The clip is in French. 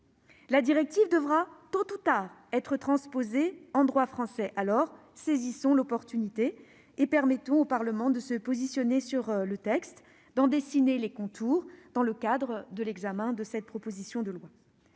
La directive devra tôt ou tard être transposée en droit français. Alors, saisissons l'opportunité et permettons au Parlement de se positionner sur le texte et d'en dessiner les contours. Prévoir dans le code de la santé publique que chacun doit